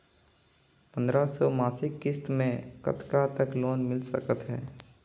पंद्रह सौ मासिक किस्त मे कतका तक लोन मिल सकत हे?